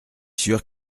sûr